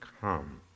come